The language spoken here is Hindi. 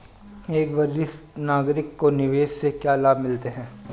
एक वरिष्ठ नागरिक को निवेश से क्या लाभ मिलते हैं?